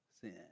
sin